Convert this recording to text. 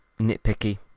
nitpicky